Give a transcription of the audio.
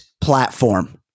platform